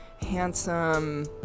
handsome